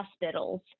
hospitals